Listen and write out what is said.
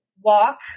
walk